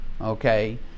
okay